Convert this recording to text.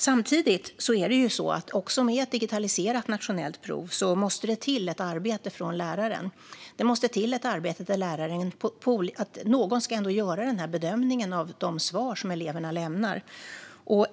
Samtidigt måste det till ett arbete av läraren också med ett digitaliserat nationellt prov. Någon ska ändå göra bedömningen av de svar som eleverna lämnar.